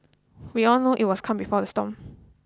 we all know it was calm before the storm